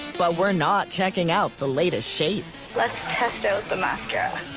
but we're not checking out the latest shades. let's test out the mascara.